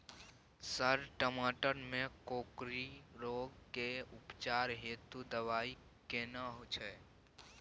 Sir टमाटर में कोकरि रोग के उपचार हेतु दवाई केना छैय?